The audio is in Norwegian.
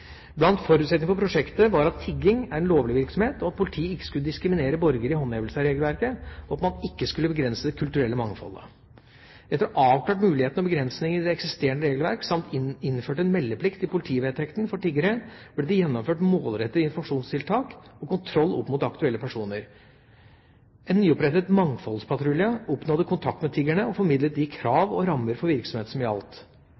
Blant forutsetningene for prosjektet var at tigging er en lovlig virksomhet, og at politiet ikke skulle diskriminere borgere ved håndhevelsen av regelverket, og at man ikke skulle begrense det kulturelle mangfoldet. Etter å ha avklart mulighetene og begrensningene i det eksisterende regelverket samt innført en meldeplikt i politivedtekten for tiggere, ble det gjennomført målrettede informasjonstiltak og kontroll opp mot aktuelle personer. En nyopprettet mangfoldspatrulje oppnådde kontakt med tiggerne og formidlet de